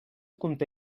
conté